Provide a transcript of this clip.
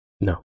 No